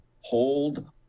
hold